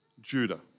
Judah